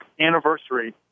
anniversary